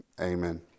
Amen